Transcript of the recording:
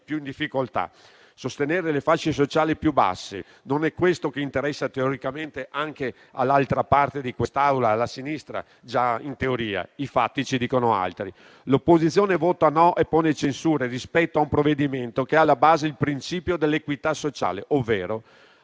più in difficoltà. Sostenere le fasce sociali più basse: non è questo che interessa teoricamente anche all'altra parte di quest'Aula, alla sinistra? Già, in teoria è così; i fatti ci dicono altro. L'opposizione vota no e pone censure rispetto a un provvedimento che ha alla base il principio dell'equità sociale, ovvero